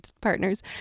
partners